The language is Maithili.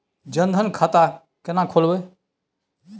जनधन खाता केना खोलेबे?